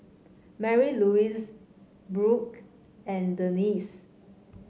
Marylouise Brooke and Denise